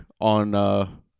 on